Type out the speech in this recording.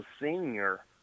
senior